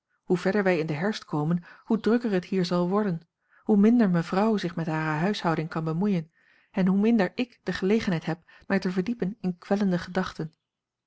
hoe verder wij in den herfst komen hoe drukker het hier zal worden hoe minder mevrouw zich met hare huishouding kan bemoeien en hoe minder ik de gelegenheid heb mij te verdiepen in kwellende gedachten